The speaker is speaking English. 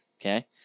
Okay